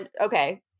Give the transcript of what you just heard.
Okay